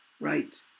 Right